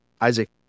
Isaac